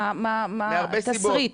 מה התסריט?